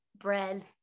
bread